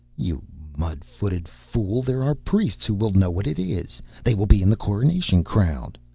you mud-footed fool! there are priests who will know what it is! they will be in the coronation crowd.